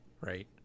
right